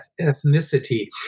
ethnicity